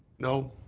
no.